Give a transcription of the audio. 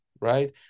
Right